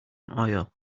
oil